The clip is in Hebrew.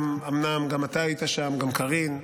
אומנם גם אתה היית שם, גם קארין.